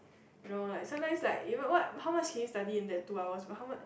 you know like sometimes like even what how much can you study in that two hours but how much